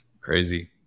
Crazy